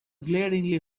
glaringly